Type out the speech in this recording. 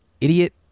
idiot